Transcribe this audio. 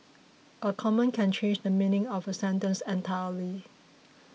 a comma can change the meaning of a sentence entirely